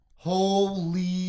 Holy